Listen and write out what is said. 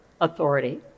authority